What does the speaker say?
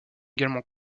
également